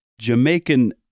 Jamaican